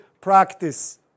practice